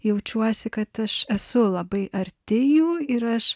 jaučiuosi kad aš esu labai arti jų ir aš